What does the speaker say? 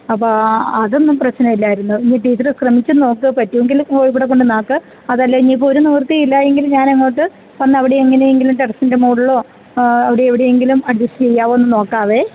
അപ്പോള് അതൊന്നും പ്രശ്നമില്ലായിരുന്നു ഇനി ടീച്ചര് ശ്രമിച്ചുനോക്കൂ പറ്റുമെങ്കില് ഇവിടെ കൊണ്ടുവന്നാക്കൂ അതല്ല ഇനിയിപ്പോള് ഒരു നിവൃത്തിയും ഇല്ല എങ്കില് ഞാനങ്ങോട്ടു വന്ന് അവിടെ എങ്ങനെയെങ്കിലും ടെറസിൻ്റെ മുകളിലോ അവിടെയെവിടെയെങ്കിലും അഡ്ജസ്റ്റ് ചെയ്യാമോ എന്നു നോക്കാവേ